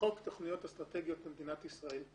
לחוק תוכניות אסטרטגיות במדינת ישראל.